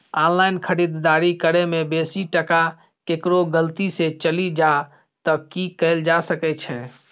Online खरीददारी करै में बेसी टका केकरो गलती से चलि जा त की कैल जा सकै छै?